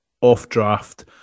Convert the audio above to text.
off-draft